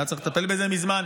היה צריך לטפל בזה מזמן.